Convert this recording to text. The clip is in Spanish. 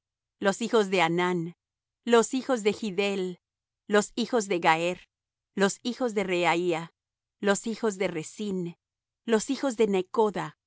los hijos de hanán los hijos de giddel los hijos de gaher los hijos de reaía los hijos de resin los hijos de necoda los hijos de